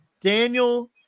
Daniel